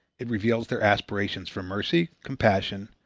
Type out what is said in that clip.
it reveals their aspirations for mercy, compassion,